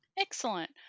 Excellent